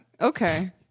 Okay